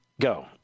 Go